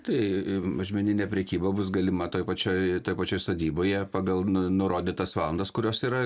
tai mažmeninė prekyba bus galima toj pačioj toj pačioj sodyboje pagal nu nurodytas valandas kurios yra